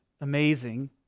amazing